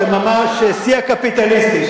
זה ממש שיא הקפיטליזם,